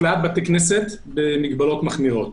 הדיון על אפליית בתי כנסת במגבלות מחמירות.